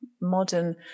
modern